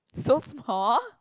so small